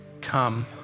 Come